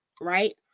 Right